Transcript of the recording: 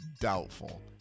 Doubtful